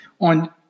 on –